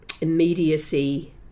immediacy